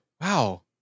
Wow